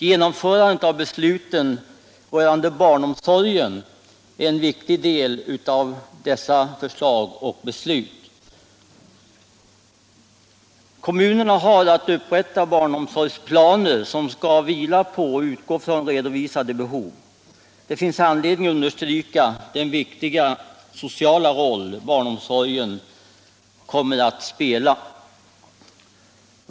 Genomförandet av besluten om barnomsorgen är en viktig del i detta sammanhang. Kommunerna har att upprätta barnomsorgsplaner som skall grunda sig på redovisade behov. Det finns anledning att understryka den viktiga sociala roll barnomsorgen kommer att spela.